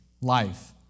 life